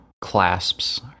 clasps